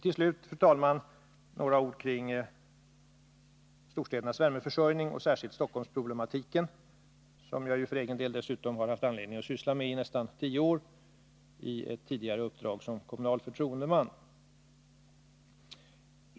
Till slut, fru talman, några ord kring storstädernas värmeförsörjning och särskilt Stockholmsproblematiken, som jag för egen del dessutom har haft anledning att syssla med i nästan tio år i ett tidigare uppdrag som kommunal förtroendeman.